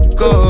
go